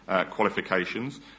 qualifications